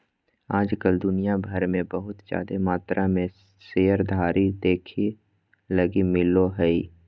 आज कल दुनिया भर मे बहुत जादे मात्रा मे शेयरधारी देखे लगी मिलो हय